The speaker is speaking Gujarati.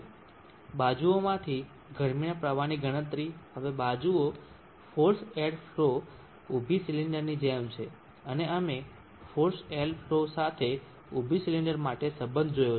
બાજુઓમાંથી ગરમીના પ્રવાહની ગણતરી હવે બાજુઓ ફોર્સ્ડ એર ફલો ઊભી સિલિન્ડરની જેમ છે અને અમે ફોર્સ્ડ એર ફલો સાથે ઊભી સિલિન્ડર માટે સંબંધ જોયો છે